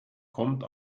kommt